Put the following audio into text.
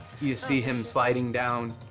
you see him sliding down,